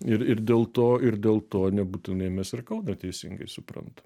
ir ir dėl to ir dėl to nebūtinai mes ir kauną teisingai suprantam